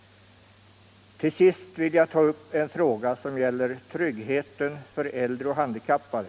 Till sist vill jag ta upp en fråga som gäller tryggheten för äldre och handikappade.